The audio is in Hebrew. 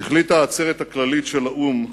החליטה העצרת הכללית של האו"ם